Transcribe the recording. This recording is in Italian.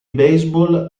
baseball